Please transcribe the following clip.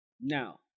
now